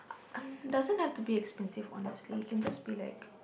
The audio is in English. doesn't have to be expensive honestly can just be like